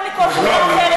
יותר מכל חבר,